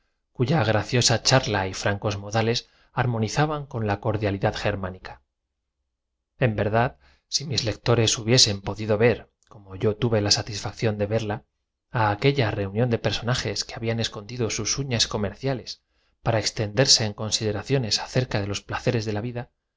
cuya graciosa charla y francos modales armonizaban hombre hacia el buen alemán pensando todos con delicia que iban a con la cordialidad germánica en verdad si mis lectores hubiesen po escuchar un balada siquiera fuese lo más sosa en tan benditas pau dido ver como yo tuve la satifacción de verla a aquella alegre reunión sas la voz de un narrador siempre suena agradablemente a nuestros de personajes que habían escondido sus uñas comerciales para exten embotados sentidos de los cuales realza la felicidad negativa yo que derse en consideraciones acerca de los placeres de la vida